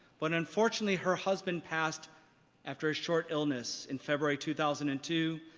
but, unfortunately, her husband passed after a short illness in february two thousand and two,